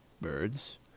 Birds